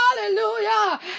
hallelujah